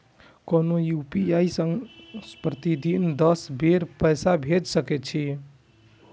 कोनो यू.पी.आई सं प्रतिदिन दस बेर पैसा भेज सकै छी